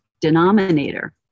denominator